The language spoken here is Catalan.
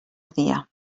dia